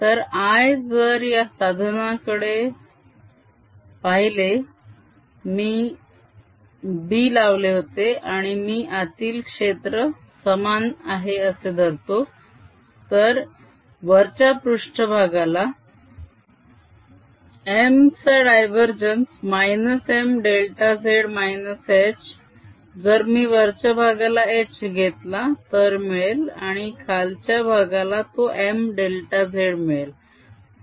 तर i जर या साधनाकडे पाहिले मी B लावले होते आणि मी आतील क्षेत्र समान आहे असे धरतो तर वरच्या पृष्ट्भागाला m चा डायवरजेन्स -mδz h जर मी वरच्या भागाला h घेतला तर मिळेल आणि खालच्या भागाला तो mδz मिळेल